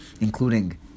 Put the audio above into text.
including